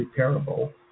repairable